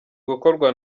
gukorwa